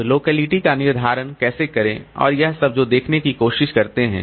अब लोकेलिटी का निर्धारण कैसे करें और वह सब जो देखने की कोशिश करते हैं